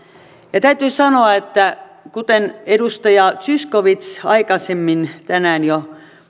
ja täytyy sanoa kuten edustaja zyskowicz aikaisemmin tänään jo